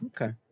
Okay